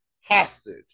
hostage